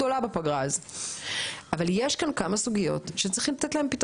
יש סוגיות שלא נתנו עליהם את הדעת.